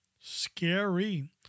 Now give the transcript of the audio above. Scary